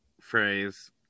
phrase